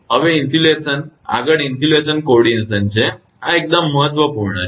હવે ઇન્સ્યુલેશન આગળ insulation coordination છે આ એકદમ મહત્વપૂર્ણ છે